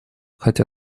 хотя